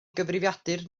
gyfrifiadur